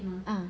ah